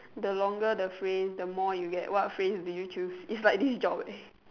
the longer the phrase the more you get what phrase do you choose is like this job eh